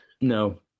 No